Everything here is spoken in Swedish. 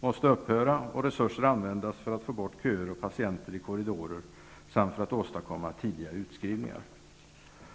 måste upphöra och resurser användas till att få bort köer och patienter i korridorer samt till att åstadkomma tidiga utskrivningar.